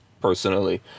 personally